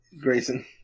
Grayson